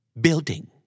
Building